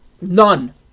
None